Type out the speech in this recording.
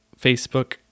Facebook